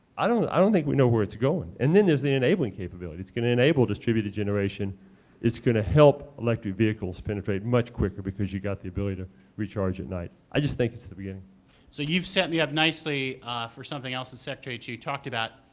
i don't i don't think we know where it's going. and then there's the enabling capability. it's going to enable distributed generation it's going to help electric vehicles penetrate much quicker because you've got the ability to recharge at night. i just think it's the beginning. phil weiser so you've set me up nicely for something else that secretary chu talked about.